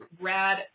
rad